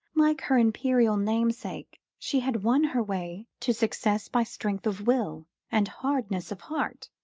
like her imperial namesake, she had won her way to success by strength of will and hardness of heart,